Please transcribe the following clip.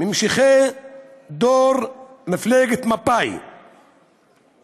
ממשיכי דור מפלגת מפא"י